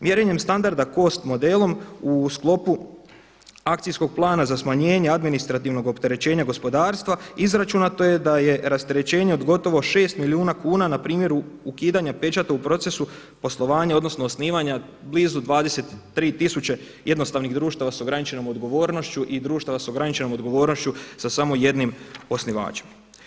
Mjerenjem standarda cost modelom u sklopu akcijskoj plan za smanjenje administrativnog opterećenja gospodarstva izračunato je da je rasterećenje od gotovo 6 milijuna kuna npr. ukidanja pečata u procesu poslovanja odnosno osnivanja blizu 23 tisuće jednostavnih društava s ograničenom odgovornošću i društava s ograničenom odgovornošću sa samo jednim osnivačem.